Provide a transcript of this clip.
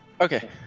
Okay